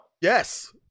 Yes